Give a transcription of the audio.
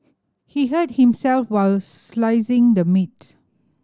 he hurt himself while slicing the meat